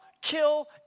kill